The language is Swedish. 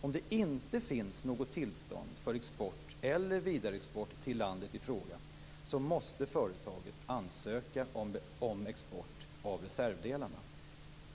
Om det inte finns något tillstånd för export eller vidareexport till landet i fråga måste företagen ansöka om export av reservdelarna.